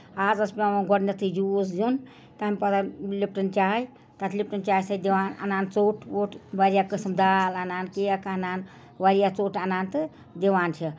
آز حظ پٮ۪وان گۄڈٕنتھٕے جوٗس دیُن تَمہِ پَتہٕ ہَن لِپٹَن چاے تَتھ لِپٹَن چاے سۭتۍ دِوان اَنان ژوٚٹ ووٚٹ واریاہ قٕسٕم دال اَنان کیک اَنان واریاہ ژوٚٹ اَنان تہٕ دِوان چھِ